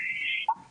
רפואה שלמה קודם כל.